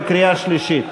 בקריאה שלישית.